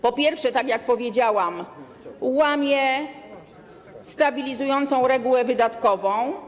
Po pierwsze, tak jak powiedziałam, łamie stabilizującą regułę wydatkową.